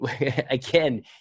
again